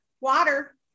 water